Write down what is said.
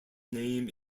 name